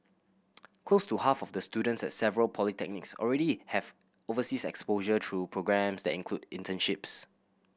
close to half of the students at several polytechnics already have overseas exposure through programmes that include internships